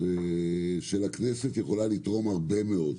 של הכנסת יכולה לתרום הרבה מאוד,